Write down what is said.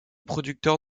producteur